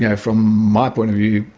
yeah from my point of view,